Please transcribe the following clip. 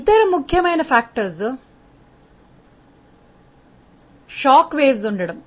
ఇతర ముఖ్యమైన కారకాలు షాక్ తరంగాలు ఉండటం